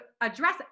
address